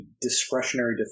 discretionary